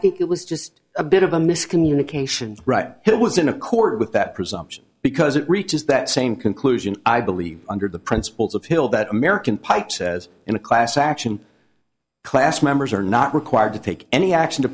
think it was just a bit of a miscommunication it was in accord with that presumption because it reaches that same conclusion i believe under the principles of hill that american pipe says in a class action class members are not required to take any action to